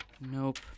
Nope